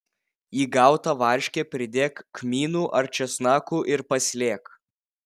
į gautą varškę pridėk kmynų ar česnakų ir paslėk